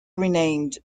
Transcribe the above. renamed